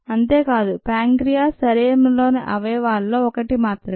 అంతే కాదు ప్యాంక్రీయాస్ శరీరంలోని అవయవాల్లో ఒకటి మాత్రమే